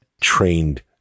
trained